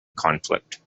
conflict